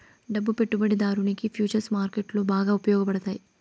డబ్బు పెట్టుబడిదారునికి ఫుచర్స్ మార్కెట్లో బాగా ఉపయోగపడతాయి